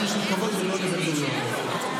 יש לנו כבוד גדול לבן-גוריון,